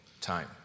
time